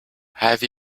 have